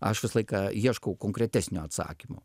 aš visą laiką ieškau konkretesnio atsakymo